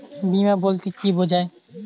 বিমা বলতে কি বোঝায়?